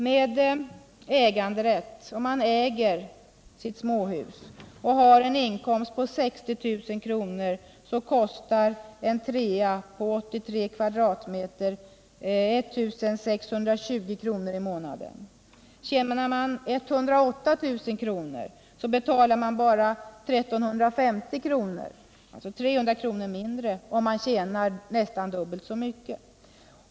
Vid upplåtelse med äganderätt och då ägaren har en inkomst på 60 000 kr. kostar ett hus med tre rum och på 83 m2 1 620 kr. i månaden. Tjänar ägaren 108 000 kr., betalar vederbörande bara 1 350 kr. — alltså 300 kr. mindre om man tjänar nästan dubbelt så mycket.